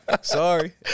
sorry